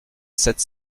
sept